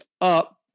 up